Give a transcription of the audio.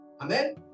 Amen